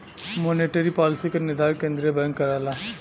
monetary policy क निर्धारण केंद्रीय बैंक करला